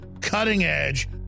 cutting-edge